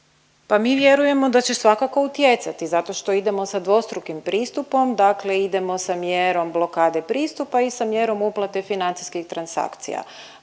mi vjerujemo da će svakako utjecati zato što idemo sa dvostrukim pristupom, dakle idemo sa mjerom blokade pristupa i sa mjerom uplate financijskih transakcija.